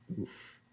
Oof